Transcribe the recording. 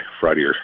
Friday